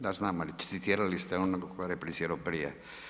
Da znam, ali citirali ste onog tko je replicirao prije.